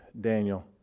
Daniel